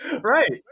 right